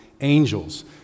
angels